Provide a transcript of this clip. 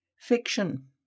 Fiction